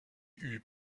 eut